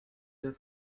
der